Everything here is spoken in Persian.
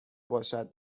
باشد